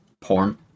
porn